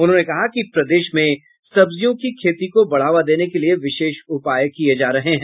उन्होंने कहा कि प्रदेश में सब्जियों की खेती को बढ़ावा देने के लिये विशेष उपाय किय जा रहे हैं